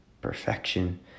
perfection